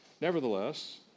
Nevertheless